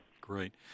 Great